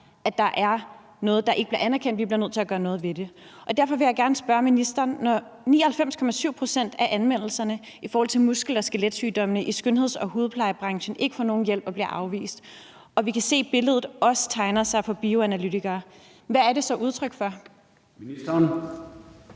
at der er noget, der ikke bliver anerkendt, og at man bliver nødt til at gøre noget ved det. Derfor vil jeg gerne stille ministeren et spørgsmål. Når man i forhold til 99,7 pct. af anmeldelserne i forhold til muskel- og skeletsygdommene i skønheds- og hudplejebranchen ikke får nogen hjælp og man bliver afvist, og vi også kan se, at det billede tegner sig for bioanalytikere, hvad er det så et udtryk for? Kl.